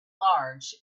large